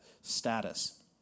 status